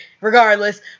regardless